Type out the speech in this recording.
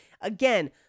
Again